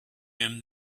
him